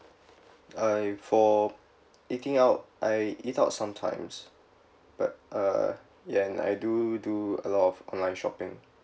uh for eating out I eat out sometimes but uh and I do do a lot of online shopping